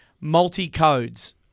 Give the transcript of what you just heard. multi-codes